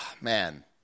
man